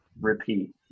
repeat